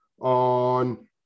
on